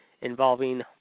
involving